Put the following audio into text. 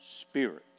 spirit